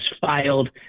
filed